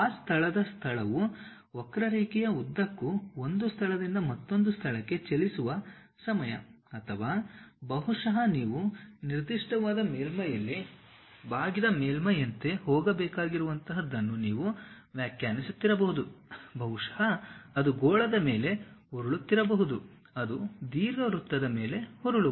ಆ ಸ್ಥಳದ ಸ್ಥಳವು ವಕ್ರರೇಖೆಯ ಉದ್ದಕ್ಕೂ ಒಂದು ಸ್ಥಳದಿಂದ ಮತ್ತೊಂದು ಸ್ಥಳಕ್ಕೆ ಚಲಿಸುವ ಸಮಯ ಅಥವಾ ಬಹುಶಃ ನೀವು ನಿರ್ದಿಷ್ಟವಾದ ಮೇಲ್ಮೈಯಲ್ಲಿ ಬಾಗಿದ ಮೇಲ್ಮೈಯಂತೆ ಹೋಗಬೇಕಾಗಿರುವಂತಹದನ್ನು ನೀವು ವ್ಯಾಖ್ಯಾನಿಸುತ್ತಿರಬಹುದು ಬಹುಶಃ ಅದು ಗೋಳದ ಮೇಲೆ ಉರುಳುತ್ತಿರಬಹುದು ಅದು ದೀರ್ಘವೃತ್ತದ ಮೇಲೆ ಉರುಳುವುದು